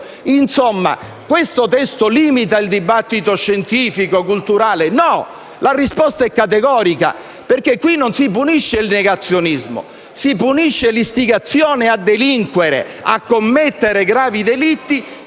Insomma, questo testo limita il dibattito scientifico-culturale? No (la risposta è categorica), perché in questo caso non si punisce il negazionismo, ma l'istigazione a delinquere e a commettere gravi delitti